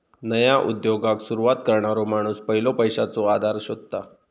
नया उद्योगाक सुरवात करणारो माणूस पयलो पैशाचो आधार शोधता